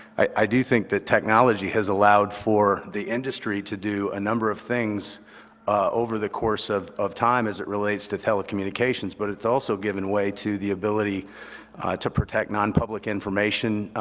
i do think the technology has allowed for the industry to do a number of things over the course of of time as it relates to telecommunications, but it's also given way to the ability to protect nonpublic information.